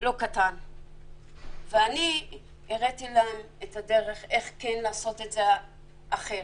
לא קטן ואני הראיתי להם את הדרך איך לעשות את זה אחרת.